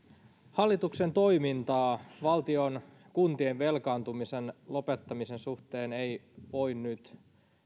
hallituksen toimintaa valtion ja kuntien velkaantumisen lopettamisen suhteen ei voi nyt